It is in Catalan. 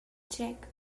txec